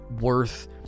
worth